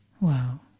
Wow